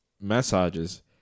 Massages